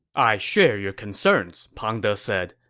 i share your concerns, pang de said.